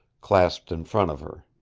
clasped in front of her.